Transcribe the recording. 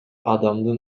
адамдын